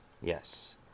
Yes